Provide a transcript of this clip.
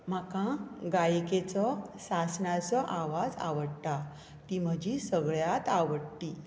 म्हाका गायिकेचो सासणाचो आवाज आवडटा ती म्हजी सगळ्यांत आवडटी